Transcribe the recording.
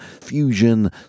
fusion